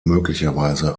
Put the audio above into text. möglicherweise